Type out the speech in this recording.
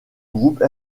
groupe